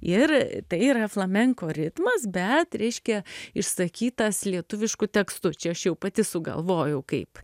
ir tai yra flamenko ritmas bet reiškia išsakytas lietuvišku tekstu čia aš jau pati sugalvojau kaip